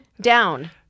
Down